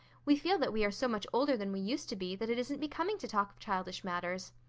we feel that we are so much older than we used to be that it isn't becoming to talk of childish matters.